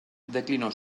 declinó